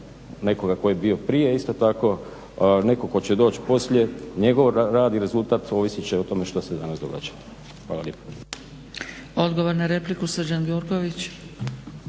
nekoga tko je bio prije. Isto tako netko tko će doći poslije njegov rad i rezultat ovisit će o tome što se danas događa. Hvala lijepo.